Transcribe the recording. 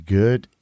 good